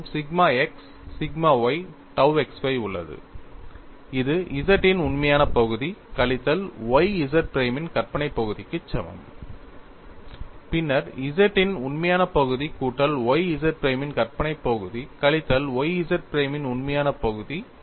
உங்களிடம் sigma x sigma y tau xy உள்ளது இது Z இன் உண்மையான பகுதி கழித்தல் y Z பிரைமின் கற்பனை பகுதிக்கு சமம் பின்னர் Z இன் உண்மையான பகுதி கூட்டல் y Z பிரைமின் கற்பனை பகுதி கழித்தல் y Z பிரைமின் உண்மையான பகுதி